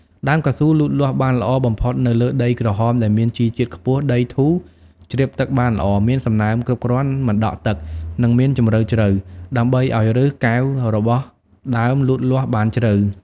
ដើមកៅស៊ូលូតលាស់បានល្អបំផុតនៅលើដីក្រហមដែលមានជីជាតិខ្ពស់ ដីធូរ ជ្រាបទឹកបានល្អ មានសំណើមគ្រប់គ្រាន់ មិនដក់ទឹក និងមានជម្រៅជ្រៅ ដើម្បីឱ្យឫសកែវរបស់ដើមលូតលាស់បានជ្រៅ។